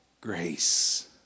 Grace